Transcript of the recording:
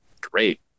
great